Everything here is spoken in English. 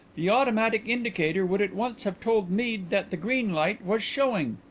the automatic indicator would at once have told mead that the green light was showing.